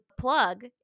plug